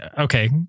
okay